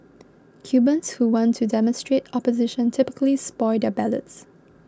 Cubans who want to demonstrate opposition typically spoil their ballots